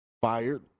fired